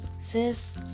Sis